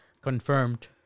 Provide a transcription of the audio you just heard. confirmed